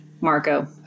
Marco